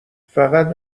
فقط